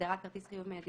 (ב)בהגדרה "כרטיס חיוב מיידי",